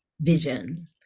vision